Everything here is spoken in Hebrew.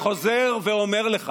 עוד לפני שהגעת לפה,